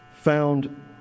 found